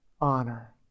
Honor